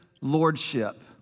lordship